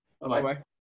Bye-bye